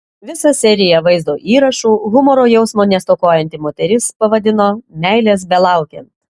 visą seriją vaizdo įrašų humoro jausmo nestokojanti moteris pavadino meilės belaukiant